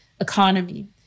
economy